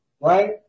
right